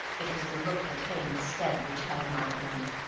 it was the look that came instead which held my hand.